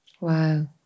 Wow